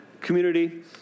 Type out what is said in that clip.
community